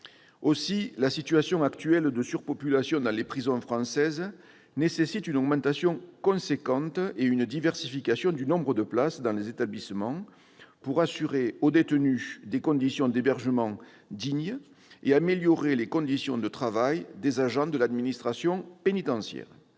Aussi la situation actuelle de surpopulation dans les prisons françaises nécessite-t-elle une augmentation considérable et une diversification du nombre de places dans les établissements pour assurer aux détenus des conditions d'hébergement dignes et pour améliorer les conditions de travail des agents de l'administration pénitentiaire.